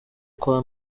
kwa